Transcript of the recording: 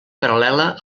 paral·lela